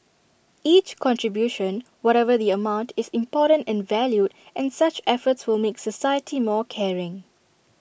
each contribution whatever the amount is important and valued and such efforts will make society more caring